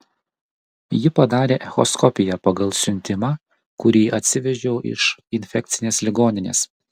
ji padarė echoskopiją pagal siuntimą kurį atsivežiau iš infekcinės ligoninės